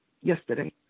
yesterday